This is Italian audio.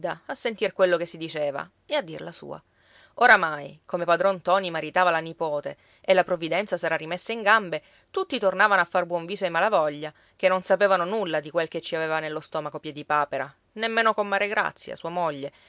a sentir quello che si diceva e a dir la sua oramai come padron ntoni maritava la nipote e la provvidenza s'era rimessa in gambe tutti tornavano a far buon viso ai malavoglia che non sapevano nulla di quel che ci aveva nello stomaco piedipapera nemmeno comare grazia sua moglie